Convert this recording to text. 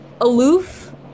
Aloof